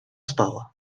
spała